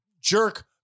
jerk